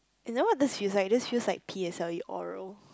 is that what this feels like this feels like P_S_L_E oral